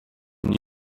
new